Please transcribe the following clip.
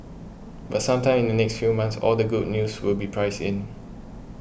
but sometime in the next few months all the good news will be priced in